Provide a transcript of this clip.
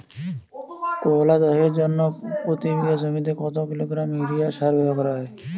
করলা চাষের জন্য প্রতি বিঘা জমিতে কত কিলোগ্রাম ইউরিয়া সার ব্যবহার করা হয়?